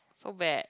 so bad